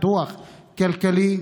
פיתוח כלכלי,